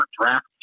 draft